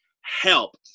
Help